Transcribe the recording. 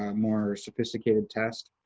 um more sophisticated test.